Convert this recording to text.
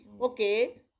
Okay